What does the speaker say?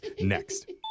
next